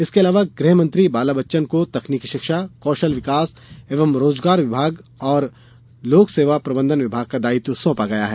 इसके अलावा गृह मंत्री बाला बच्चन को तकनीकी शिक्षा कौशल विकास एवं रोजगार विभाग और लोक सेवा प्रबंधन विभाग का दायित्व सौंपा गया है